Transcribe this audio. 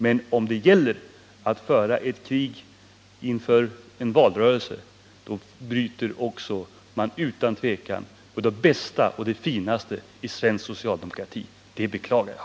Men om det gäller att föra ett krig inför en valrörelse, då bryter man utan att tveka mot det bästa och finaste i svensk socialdemokrati. Det beklagar jag.